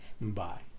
Bye